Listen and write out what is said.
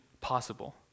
possible